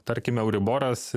tarkim euriboras